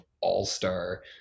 all-star